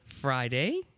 Friday